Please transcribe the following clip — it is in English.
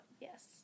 Yes